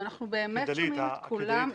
ואנחנו באמת שומעים את כולם.